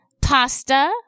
pasta